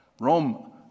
Rome